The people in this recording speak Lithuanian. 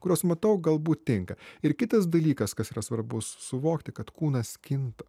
kurios matau galbūt tinka ir kitas dalykas kas yra svarbus suvokti kad kūnas kinta